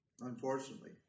unfortunately